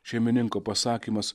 šeimininko pasakymas